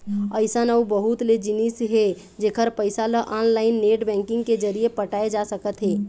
अइसन अउ बहुत ले जिनिस हे जेखर पइसा ल ऑनलाईन नेट बैंकिंग के जरिए पटाए जा सकत हे